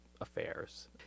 affairs